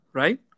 right